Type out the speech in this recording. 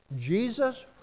Jesus